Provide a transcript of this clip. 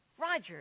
Roger